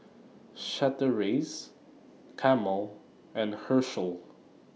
Chateraise Camel and Herschel